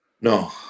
No